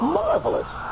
marvelous